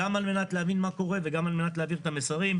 גם על מנת להבין מה קורה וגם על מנת להעביר את המסרים.